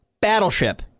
Battleship